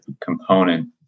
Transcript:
component